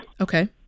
okay